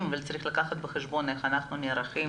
אבל צריך לקחת בחשבון איך אנחנו נערכים